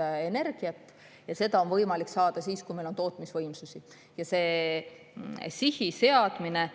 energiat ja seda on võimalik saada siis, kui meil on tootmisvõimsusi. Sihi seadmine